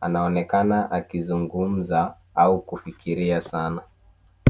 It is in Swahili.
Anaonekana akizungumza au kufikiria sana.